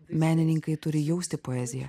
menininkai turi jausti poeziją